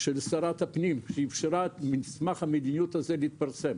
של שרת הפנים שאפשרה למסמך המדיניות הזה להתפרסם.